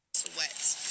sweats